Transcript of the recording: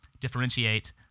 differentiate